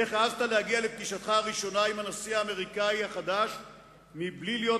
איך העזת להגיע לפגישתך הראשונה עם הנשיא האמריקני החדש מבלי להיות